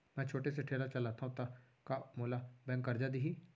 मैं छोटे से ठेला चलाथव त का मोला बैंक करजा दिही?